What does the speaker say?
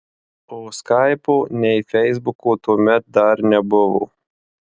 o skaipo nei feisbuko tuomet dar nebuvo